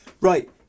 Right